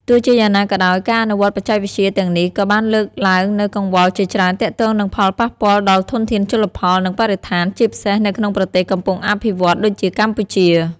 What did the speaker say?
ទោះជាយ៉ាងណាក៏ដោយ ការអនុវត្តបច្ចេកវិទ្យាទាំងនេះក៏បានលើកឡើងនូវកង្វល់ជាច្រើនទាក់ទងនឹងផលប៉ះពាល់ដល់ធនធានជលផល និងបរិស្ថាន ជាពិសេសនៅក្នុងប្រទេសកំពុងអភិវឌ្ឍន៍ដូចជាកម្ពុជា។